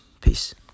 Peace